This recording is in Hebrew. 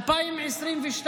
2022,